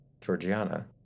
Georgiana